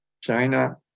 China